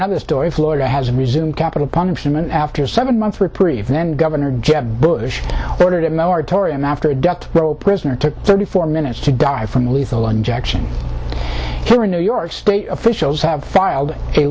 other story florida has resumed capital punishment after seven months reprieve then governor jeb bush ordered a moratorium after a death row prisoner took thirty four minutes to die from lethal injection here in new york state officials have filed a